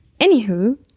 Anywho